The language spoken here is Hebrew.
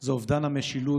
זה בעיקר אובדן המשילות,